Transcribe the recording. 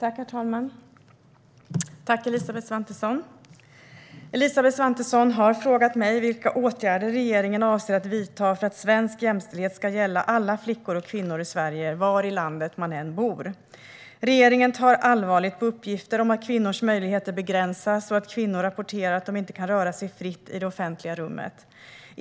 Svar på interpellationer Herr talman! Elisabeth Svantesson har frågat mig vilka åtgärder regeringen avser att vidta för att svensk jämställdhet ska gälla alla flickor och kvinnor i Sverige, var i landet man än bor. Regeringen tar allvarligt på uppgifter om att kvinnors möjligheter begränsas och att kvinnor rapporterar att de inte kan röra sig fritt i det offentliga rummet.